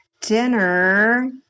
dinner –